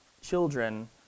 children